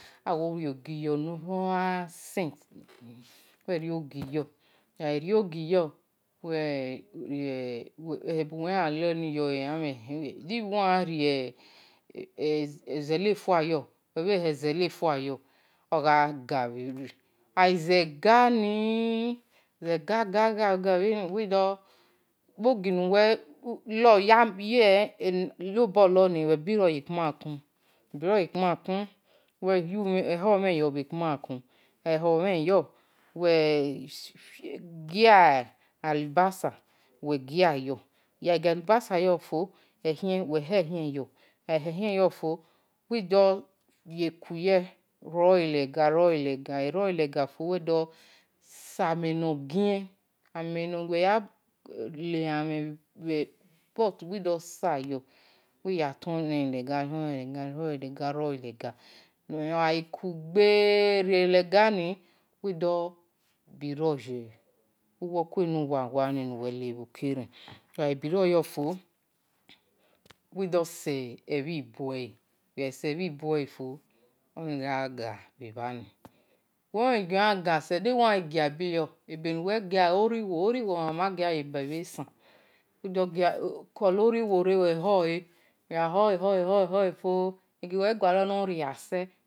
Awo rio-ogi yo no gha cent duwe oyan ri zene fua yo, oghaze ga aga ga bhe-eren, ikpo gi nkwe lorni uwe burro ye-ekpama kun uwe-ho-umhen yo bhe-ekpama kun uwe ki gia-ali ba sayo uwe gha gia libaso yo fo uwe hen-ehien ya, uwe gha ohue fo uwi doye kuye rohe lega-lega uwe gha lue fo uwi dosam en no hien amen nuwe ya la-lanmhen potu uwi do sayo uwi dho role lega-rohe lega oghie kugbeni uwi doburio ye eni uwa-wa ni owe gha burro yo fo, uwi dose-ebhi buele, uwe gha luoni fo oghi doh gha ga bhe-bha omhen egio yan ga se oriwo amama gin ye-eba bhe-esan ugha kolo-oriwo re ho-le ugha hohe fo egiu-we gualor no-riase.